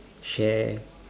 share eh